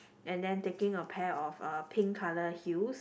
and then taking a pair of uh pink color heels